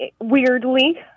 weirdly